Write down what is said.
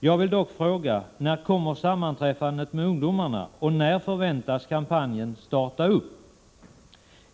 Jag vill dock fråga: När kommer sammanträffandet med ungdomarna och när förväntas kampanjen starta?